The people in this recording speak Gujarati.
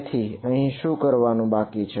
તેથી અહીં શું કરવાનું બાકી છે